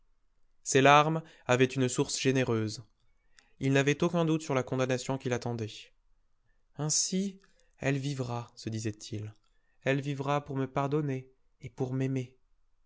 ses larmes avaient une source généreuse il n'avait aucun doute sur la condamnation qui l'attendait ainsi elle vivra se disait-il elle vivra pour me pardonner et pour m'aimer